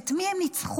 את מי הם ניצחו?